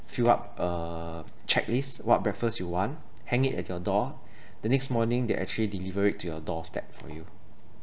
fill up a checklist what breakfast you want hang it at your door the next morning they actually deliver it to your doorstep for you